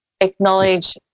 acknowledge